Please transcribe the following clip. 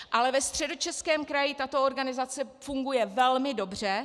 Ale ve Středočeském kraji tato organizace funguje velmi dobře.